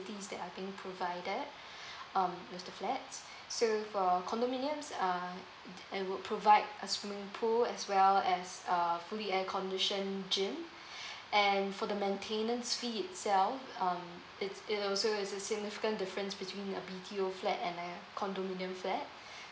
um with the flats so for condominiums uh they would provide a swimming pool as well as a fully air conditioned gym and for the maintenance fee itself um it's it also is a significant difference between a B_T_O flat and a condominium flat